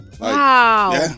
Wow